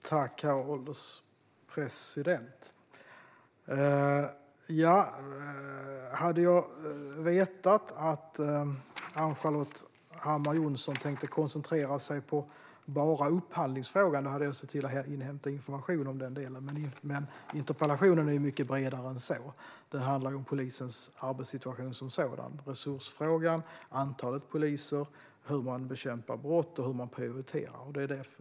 Herr ålderspresident! Om jag hade vetat att Ann-Charlotte Hammar Johnsson hade tänkt koncentrera sig på bara upphandlingsfrågan hade jag sett till att inhämta information om denna del. Men interpellationen är mycket bredare än så. Den handlar om polisens arbetssituation som sådan - resursfrågan, antalet poliser, hur man bekämpar brott och hur man prioriterar.